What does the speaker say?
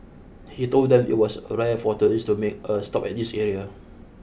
he told them it was rare for tourists to make a stop at this area